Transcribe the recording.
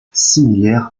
similaire